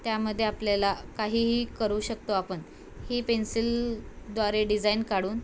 त्यामध्ये आपल्याला काहीही करू शकतो आपण ही पेन्सिलद्वारे डिझाईन काढून